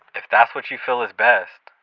if that's what you feel is best.